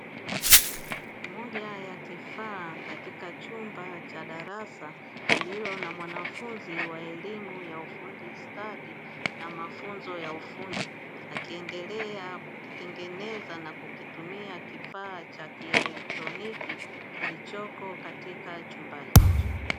Ni moja ya kifaa katika chumba cha darasa lililo na mwanafunzi wa elimu ya ufundi stadi na mafunzo ya ufundi, akiendelea kukitengeneza na kukitumia kifaa cha kielektroniki kilichoko katika chumba hicho.